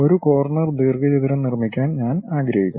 ഒരു കോർണർ ദീർഘചതുരം നിർമ്മിക്കാൻ ഞാൻ ആഗ്രഹിക്കുന്നു